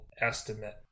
estimate